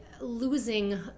losing